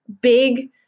big